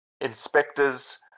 inspectors